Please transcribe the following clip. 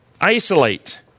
isolate